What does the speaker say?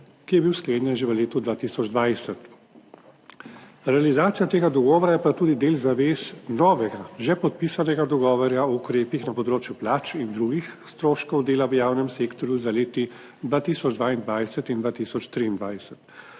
– 11.40 (nadaljevanje) Realizacija tega dogovora je pa tudi del zavez novega, že podpisanega dogovora o ukrepih na področju plač in drugih stroškov dela v javnem sektorju za leti 2022 in 2023.